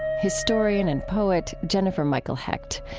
historian and poet jennifer michael hecht.